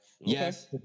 Yes